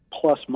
plus